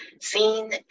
seen